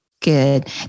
Good